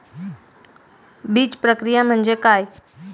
बीजप्रक्रिया म्हणजे काय?